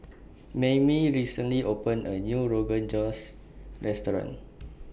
Maymie recently opened A New Rogan Josh Restaurant